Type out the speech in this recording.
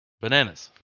Bananas